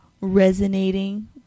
resonating